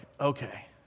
okay